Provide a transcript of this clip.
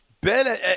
Ben